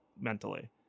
mentally